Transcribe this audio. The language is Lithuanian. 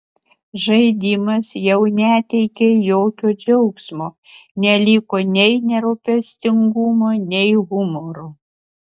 žaidimas jau neteikė jokio džiaugsmo neliko nei nerūpestingumo nei humoro